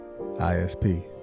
ISP